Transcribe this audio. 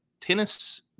tennis